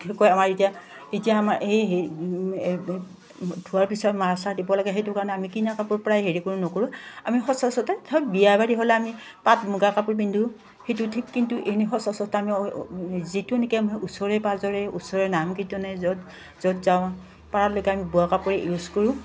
বিশষকৈ আমাৰ এতিয়া এতিয়া আমাৰ এই ধোৱাৰ পিছত মাৰ চাৰ দিব লাগে সেইটো কাৰণে আমি কিনা কাপোৰ প্ৰায় হেৰি কৰোঁ নকৰোঁ আমি ধৰক বিয়া বাৰী হ'লে আমি পাত মুগা কাপোৰ পিন্ধো সেইটো ঠিক কিন্তু এনে আমি যিটো নেকি আমি ওচৰে পাঁজৰে ওচৰে নাম কীৰ্তনে য'ত য'ত যাওঁ পাৰালৈকে আমি বোৱা কাপোৰে ইউজ কৰোঁ